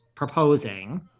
proposing